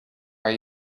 are